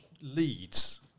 leads